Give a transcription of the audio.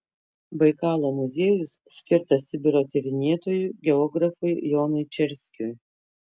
baikalo muziejus skirtas sibiro tyrinėtojui geografui jonui čerskiui